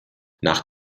nach